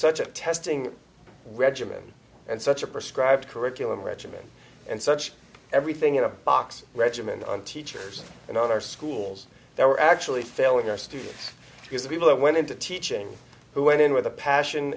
such a testing regimen and such a prescribed curriculum regimen and such everything in a box regiment on teachers in our schools they were actually failing our students because the people that went into teaching who went in with a passion